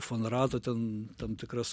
fon rato ten tam tikras